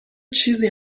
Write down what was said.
چیزی